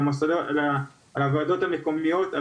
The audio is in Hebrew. על הוועדות המקומיות השונות,